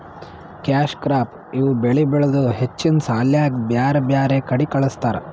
cash crop ಇವ್ ಬೆಳಿ ಬೆಳದು ಹೆಚ್ಚಿನ್ ಸಾಲ್ಯಾಕ್ ಬ್ಯಾರ್ ಬ್ಯಾರೆ ಕಡಿ ಕಳಸ್ತಾರ್